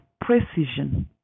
precision